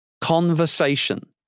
conversation